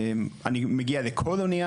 שלא רוצה לצרוך בשר כשר,